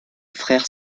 frère